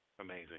Amazing